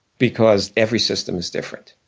because every system is different,